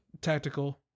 Tactical